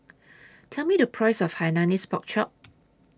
Tell Me The Price of Hainanese Pork Chop